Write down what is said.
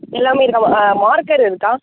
எல்லாமே இருக்கா மார்க்கர் இருக்கா